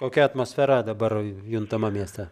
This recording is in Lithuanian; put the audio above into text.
kokia atmosfera dabar juntama mieste